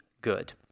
good